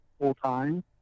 full-time